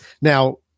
Now